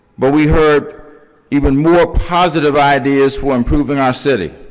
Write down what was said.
but we heard even more positive ideas for improving our city.